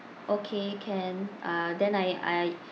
okay can uh then I I